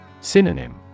Synonym